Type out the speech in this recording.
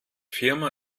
firma